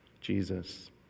Jesus